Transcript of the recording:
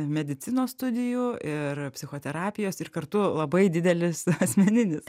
medicinos studijų ir psichoterapijos ir kartu labai didelis asmeninis